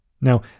Now